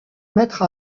mettre